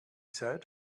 said